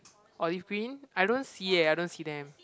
olive green I don't see eh I don't see them